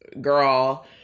girl